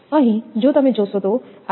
અહીં જો તમે જોશો તો 𝐼𝑛′